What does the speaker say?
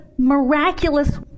miraculous